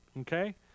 okay